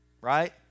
right